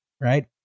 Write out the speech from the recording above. Right